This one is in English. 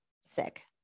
sick